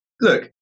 Look